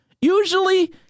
Usually